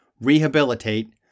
rehabilitate